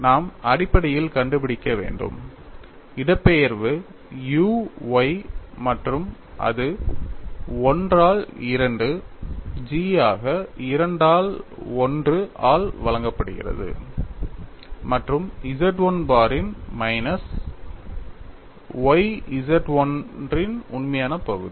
நாம் அடிப்படையில் கண்டுபிடிக்க வேண்டும் இடப்பெயர்வு u y மற்றும் அது 1 ஆல் 2 G ஆக 2 ஆல் 1 ஆல் வழங்கப்படுகிறது மற்றும் Z 1 பாரின் மைனஸ் y Z 1 இன் உண்மையான பகுதி